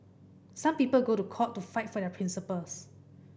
some people go to court to fight for their principles